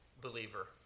believer